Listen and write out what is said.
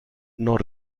non